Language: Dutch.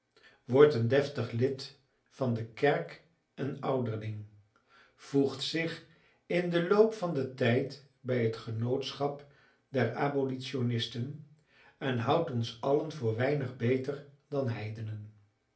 wordt een deftig lid van de kerk en ouderling voegt zich in den loop van den tijd bij het genootschap der abolitionisten en houdt ons allen voor weinig beter dan heidenen